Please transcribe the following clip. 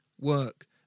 work